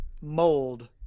mold